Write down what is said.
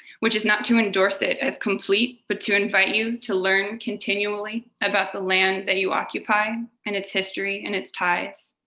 which is not to endorse it as complete, but to invite you to learn continually about the land that you occupy, and its history and its ties.